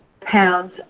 pounds